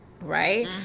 Right